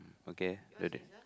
okay ready